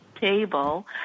table